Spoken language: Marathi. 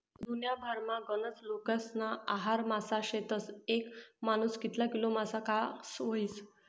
दुन्याभरमा गनज लोकेस्ना आहार मासा शेतस, येक मानूस कितला किलो मासा खास व्हयी?